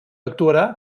actuarà